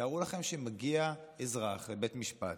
תארו לכם שמגיע אזרח לבית המשפט,